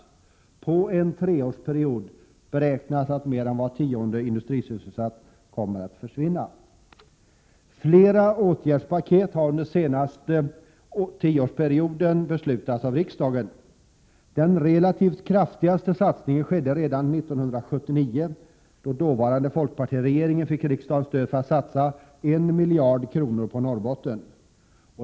Under en treårsperiod beräknas mer än var tionde industrisysselsatt komma att försvinna. Flera åtgärdspaket har under den senaste tioårsperioden beslutats av riksdagen. Den relativt sett kraftigaste satsningen skedde redan 1979, när den dåvarande folkpartiregeringen fick riksdagens stöd att satsa 1 miljard kronor på Norrbotten.